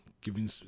giving